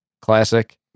Classic